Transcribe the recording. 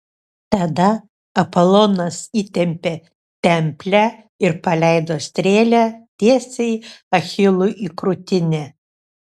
tada apolonas įtempė templę ir paleido strėlę tiesiai achilui į krūtinę